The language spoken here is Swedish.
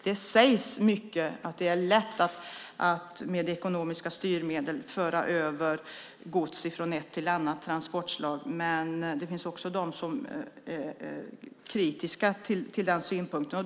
Det talas mycket om att det är lätt att med ekonomiska styrmedel föra över gods från ett transportslag till ett annat. Men det finns också de som är kritiska till den synpunkten.